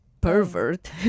pervert